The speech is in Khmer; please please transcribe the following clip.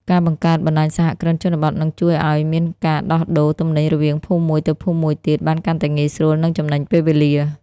ការបង្កើត "បណ្ដាញសហគ្រិនជនបទ" នឹងជួយឱ្យមានការដោះដូរទំនិញរវាងភូមិមួយទៅភូមិមួយទៀតបានកាន់តែងាយស្រួល និងចំណេញពេលវេលា។